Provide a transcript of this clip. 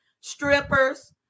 strippers